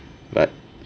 but